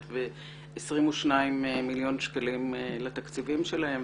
ו-22 מיליון שקלים לתקציבים שלהם,